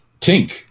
Tink